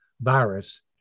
virus